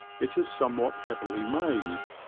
it is somewhat heavily made,